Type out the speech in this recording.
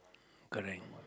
correct